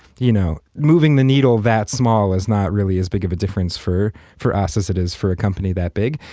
you know moving the needle that small is not really that big of a difference for for us as it is for a company that big.